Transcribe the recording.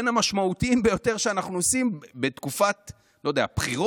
בין המשמעותיים ביותר שאנחנו עושים בתקופת בחירות,